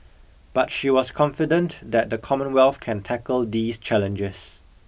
but she was confident that the Commonwealth can tackle these challenges